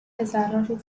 desarrolla